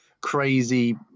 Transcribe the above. crazy